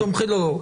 לא,